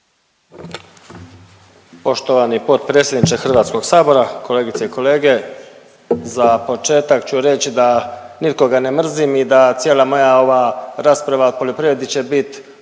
Poštovani potpredsjedniče HS-a, kolegice i kolege. Za početak ću reći da nikoga ne mrzim i da cijela moja ova rasprava o poljoprivredi će bit